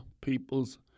peoples